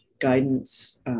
guidance